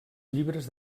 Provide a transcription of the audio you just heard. llibres